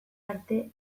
arte